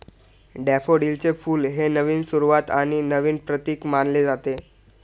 डॅफोडिलचे फुल हे नवीन सुरुवात आणि नवीन प्रतीक मानले जाते